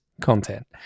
content